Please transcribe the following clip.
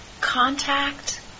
contact